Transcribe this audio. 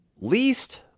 least